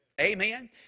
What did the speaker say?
Amen